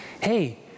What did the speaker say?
hey